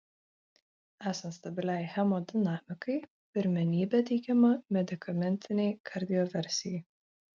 esant stabiliai hemodinamikai pirmenybė teikiama medikamentinei kardioversijai